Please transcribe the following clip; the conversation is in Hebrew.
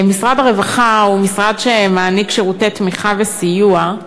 משרד הרווחה הוא משרד שמעניק שירותי תמיכה וסיוע,